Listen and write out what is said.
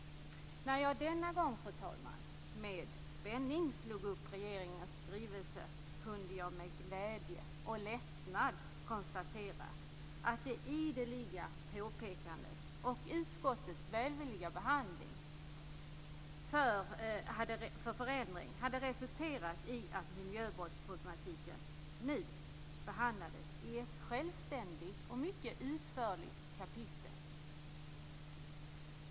När jag denna gång, fru talman, med spänning slog upp regeringens skrivelse kunde jag med glädje och lättnad konstatera att det ideliga påpekandet och utskottets välvilliga behandling för förändring hade resulterat i att miljöbrottsproblematiken nu behandlades i ett självständigt och mycket utförligt kapitel.